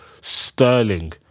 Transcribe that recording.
Sterling